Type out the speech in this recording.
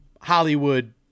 Hollywood